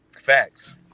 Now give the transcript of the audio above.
Facts